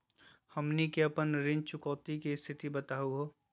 हमनी के अपन ऋण चुकौती के स्थिति बताहु हो?